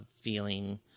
feeling